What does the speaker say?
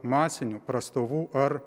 masinių prastovų ar